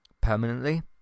permanently